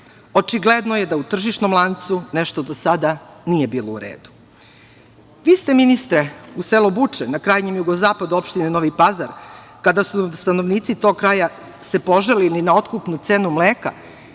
Očigledno je da u tržišnom lancu nešto do sada nije bilo u redu. Vi ste, ministre u selu Buče na krajnjem jugozapadu opštine Novi Pazar kada su stanovnici tog kraj se požalili na otkupnu cenu mleka,